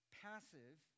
passive